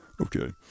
Okay